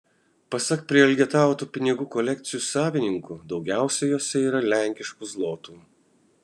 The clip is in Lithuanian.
pasak prielgetautų pinigų kolekcijų savininkų daugiausiai jose yra lenkiškų zlotų